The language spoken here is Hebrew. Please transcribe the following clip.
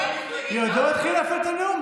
היא עוד לא התחילה את הנאום.